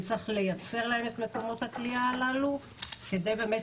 נצטרך לייצר להם את מקומות הכליאה הללו כדי באמת